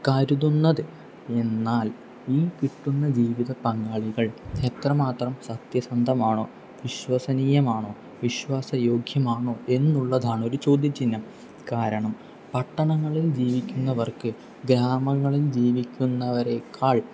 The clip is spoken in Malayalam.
കരുതുന്നത് എന്നാൽ ഈ കിട്ടുന്ന ജീവിത പങ്കാളികൾ എത്രമാത്രം സത്യസന്ധമാണോ വിശ്വസനീയമാണോ വിശ്വാസ യോഗ്യമാണോ എന്നുള്ളതാണൊരു ചോദ്യചിഹ്നം കാരണം പട്ടണങ്ങളിൽ ജീവിക്കുന്നവർക്ക് ഗ്രാമങ്ങളിൽ ജീവിക്കുന്നവരേക്കാൾ